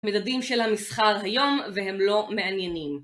מדדים של המסחר היום והם לא מעניינים